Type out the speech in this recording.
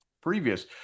previous